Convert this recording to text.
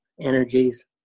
energies